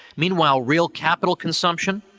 meanwhile real capital consumption.